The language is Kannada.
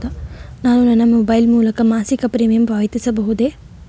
ನಾನು ನನ್ನ ಮೊಬೈಲ್ ಮೂಲಕ ಮಾಸಿಕ ಪ್ರೀಮಿಯಂ ಪಾವತಿಸಬಹುದೇ?